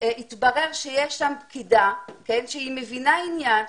התברר שישנה שם פקידה שהיא מבינה עניין,